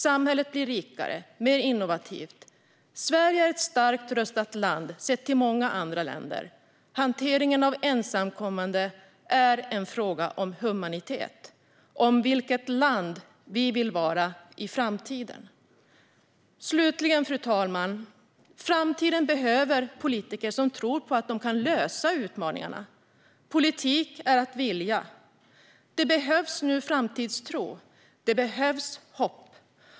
Samhället blir rikare och mer innovativt. Sverige är ett starkt rustat land jämfört med många andra länder. Hanteringen av ensamkommande är en fråga om humanitet, om vilket land vi vill vara i framtiden. Fru talman! Slutligen: Framtiden behöver politiker som tror att de kan lösa utmaningar. Politik är att vilja. Nu behövs framtidstro. Det behövs hopp.